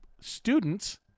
students